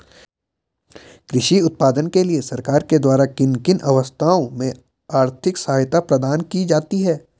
कृषि उत्पादन के लिए सरकार के द्वारा किन किन अवस्थाओं में आर्थिक सहायता प्रदान की जाती है?